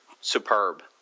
superb